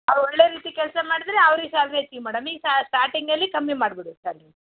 ಒಳ್ಳೆ ರೀತಿ ಕೆಲಸ ಮಾಡಿದರೆ ಅವ್ರಿಗೆ ಸ್ಯಾಲ್ರಿ ಹೆಚ್ಚಿಗೆ ಮಾಡೋಣ ಈಗ ಸ್ಟಾಟಿಂಗಲ್ಲಿ ಕಮ್ಮಿ ಮಾಡಿಬಿಡು ಸ್ಯಾಲ್ರಿ